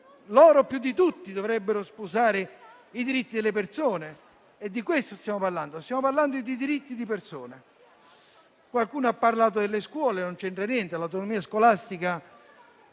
loro più di tutti dovrebbero sposare i diritti delle persone. Perché di questo stiamo parlando: dei diritti delle persone. Qualcuno ha parlato delle scuole: non c'entra niente, l'autonomia scolastica